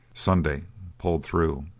sunday pulled through.